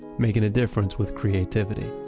making a difference with creativity.